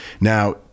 Now